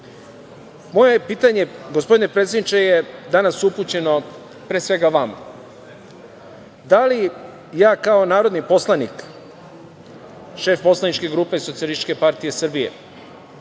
pitanje, gospodine predsedniče, je danas upućeno pre svega vama. Da li ja kao narodni poslanik, šef poslaničke grupe SPS imam pravo da